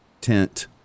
tent